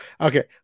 Okay